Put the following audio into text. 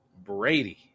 Brady